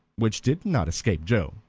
which did not escape joe.